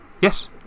Yes